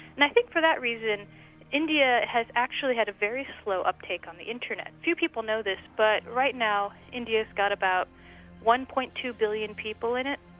and i think for that reason india has actually had a very slow uptake on the internet. few people know this, but right now, india's got about one. two billion people in it,